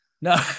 No